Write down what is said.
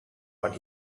but